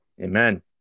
Amen